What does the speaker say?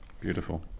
Beautiful